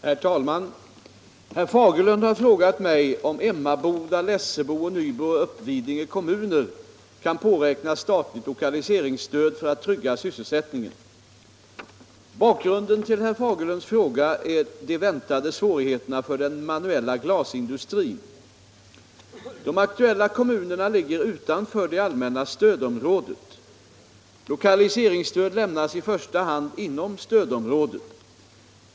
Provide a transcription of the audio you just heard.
Herr talman! Herr Fagerlund har frågat mig om Emmaboda, Lessebo, Nybro och Uppvidinge kommuner kan påräkna statligt lokaliseringsstöd för att trygga sysselsättningen. Bakgrunden till herr Fagerlunds fråga är de väntade svårigheterna för den manuella glasindustrin. De aktuella kommunerna ligger utanför det allmänna stödområdet. Lokaliseringsstöd lämnas i första hand inom stödområdet.